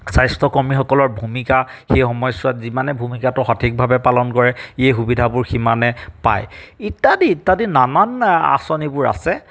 স্বাস্থ্যকৰ্মীসকলৰ ভূমিকা সেই সময়ছোৱাত যিমানে ভূমিকাটো সঠিকভাৱে পালন কৰে এই সুবিধাবোৰ সিমানে পায় ইত্যাদি ইত্যাদি নানান আঁচনিবোৰ আছে